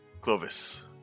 Clovis